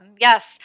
Yes